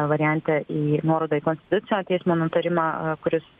variante į nuorodą į konstitucinio teismo nutarimą kuris